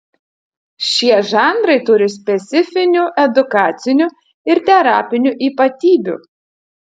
šie žanrai turi specifinių edukacinių ir terapinių ypatybių